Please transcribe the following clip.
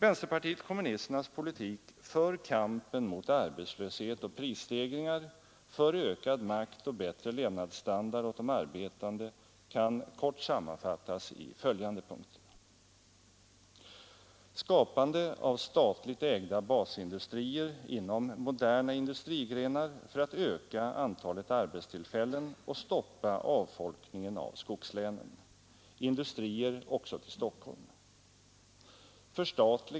Vänsterpartiet kommunisternas politik för kampen mot arbetslöshet och prisstegringar, för ökad makt och bättre levnadsstandard åt de arbetande kan kort sammanfattas i följande punkter: Skapande av statligt ägda basindustrier inom moderna industrigrenar för att öka antalet arbetstillfällen och stoppa avfolkningen av skogslänen. Industrier också till Stockholm.